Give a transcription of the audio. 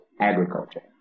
agriculture